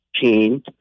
team